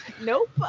Nope